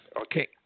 okay